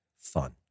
fun